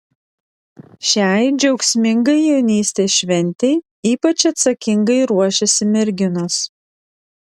šiai džiaugsmingai jaunystės šventei ypač atsakingai ruošiasi merginos